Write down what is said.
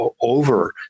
over